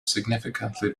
significantly